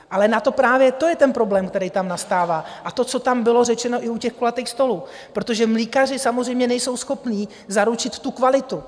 Ale právě to je ten problém, který tam nastává, a to, co tam bylo řečeno i u těch kulatých stolů, protože mlékaři samozřejmě nejsou schopni zaručit tu kvalitu.